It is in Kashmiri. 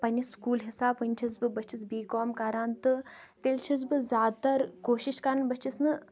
پَننہِ سکوٗل حِساب وٕنہِ چھَس بہٕ بی کام کَران تہٕ تیٚلہِ چھَس بہٕ زیادٕ تَر کوٗشِش کران بہٕ چھَس نہٕ